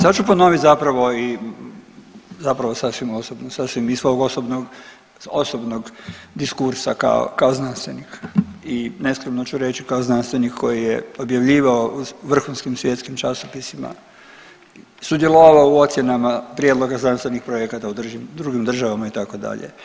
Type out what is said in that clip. Sad ću ponovit zapravo i zapravo sad ću iz svog osobnog, osobnog diskursa kao znanstvenik i neskriveno ću reći kao znanstvenik koji je objavljivao u vrhunskim svjetskim časopisima, sudjelovao u ocjenama prijedloga znanstvenih projekata u drugim državama itd.